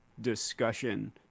discussion